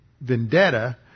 vendetta